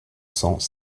cents